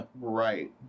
Right